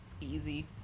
Easy